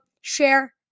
share